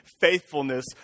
faithfulness